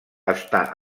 està